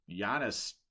Giannis